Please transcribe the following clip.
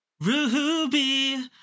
ruby